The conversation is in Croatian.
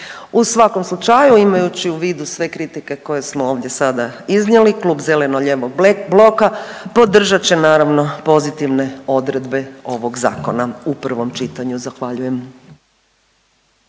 U svakom slučaju imajući u vidu sve kritike koje smo ovdje sada iznijeli Klub zeleno-lijevog bloka podržat će naravno pozitivne odredbe ovog zakona u prvom čitanju. Zahvaljujem.